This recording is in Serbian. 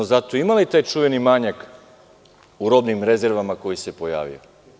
Zato smo imali taj čuveni manjak u robnim rezervama koji se pojavio.